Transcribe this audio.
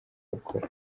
bakora